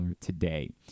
today